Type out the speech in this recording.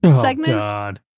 segment